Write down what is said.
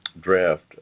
draft